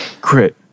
Crit